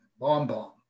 BombBomb